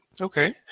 Okay